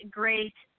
great